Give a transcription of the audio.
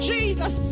Jesus